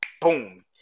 Boom